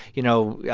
you know, yeah